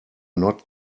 not